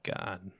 God